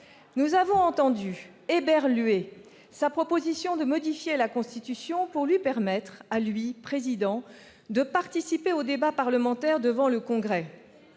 Nous avons entendu, éberlués, sa proposition de modifier la Constitution pour lui permettre, à lui, Président, de participer au débat parlementaire devant le Congrès.